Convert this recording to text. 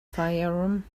fayoum